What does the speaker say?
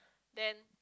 then